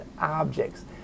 objects